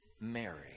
Mary